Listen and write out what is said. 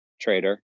trader